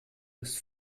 ist